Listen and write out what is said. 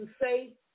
say